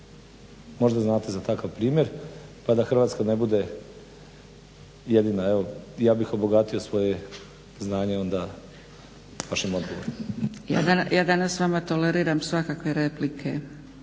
Možda znate za takav primjer pa da Hrvatska ne bude jedina. Ja bih obogatio svoje znanje vašim odgovorom. **Zgrebec, Dragica (SDP)** Ja danas vama toleriram svakakve replike